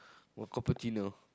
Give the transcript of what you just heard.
or cappuccino